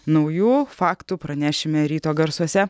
naujų faktų pranešime ryto garsuose